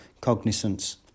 cognizance